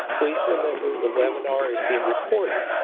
please remember the webinar is being recorded,